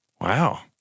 Wow